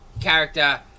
character